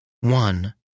one